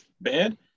bad